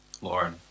Lord